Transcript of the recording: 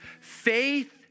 Faith